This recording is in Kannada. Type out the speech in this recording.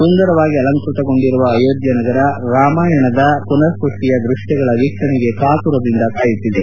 ಸುಂದರವಾಗಿ ಅಲಂಕೃತಗೊಂಡಿರುವ ಅಯೋಧ್ಯ ನಗರ ರಾಮಾಯಣದ ಪುನರ್ ಸೃಷ್ಟಿಯ ದೃಷ್ಠಗಳ ವೀಕ್ಷಣೆಗೆ ಕಾತುರದಿಂದ ಕಾಯುತ್ತಿದೆ